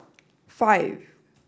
five